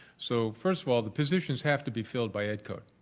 so first of all the positions have to be filled by ed code